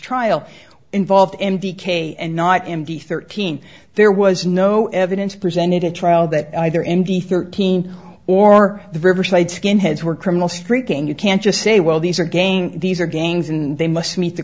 trial involved m d k and not m v thirteen there was no evidence presented at trial that either n v thirteen or the riverside skinheads were criminals breaking you can't just say well these are games these are gangs and they must meet the